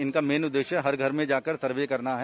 इनका मेन उद्देश्य हर घर में जाकर सर्वे करना है